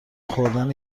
خوردن